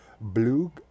blue